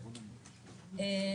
אגב,